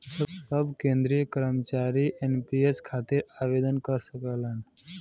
सब केंद्र कर्मचारी एन.पी.एस खातिर आवेदन कर सकलन